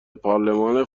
پارلمان